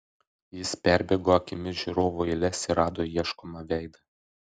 jis perbėgo akimis žiūrovų eiles ir rado ieškomą veidą